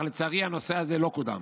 לצערי, הנושא לא קודם.